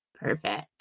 Perfect